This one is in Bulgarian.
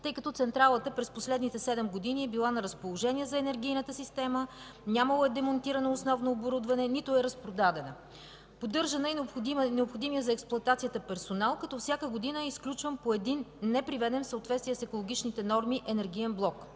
тъй като централата през последните седем години е била на разположение за енергийната система, нямало е демонтирано основно оборудване, нито е разпродадена. Поддържан е и необходимият за експлоатацията персонал, като всяка година е изключван по един неприведен в съответствие с екологичните норми енергиен блок.